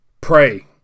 pray